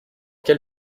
quel